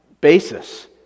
basis